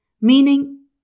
Meaning